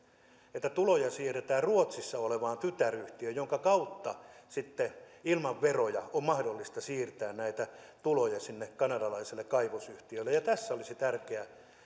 että tuloja siirretään ruotsissa olevaan tytäryhtiöön jonka kautta sitten ilman veroja on mahdollista siirtää näitä tuloja sinne kanadalaiselle kaivosyhtiölle ja tässä olisi tärkeä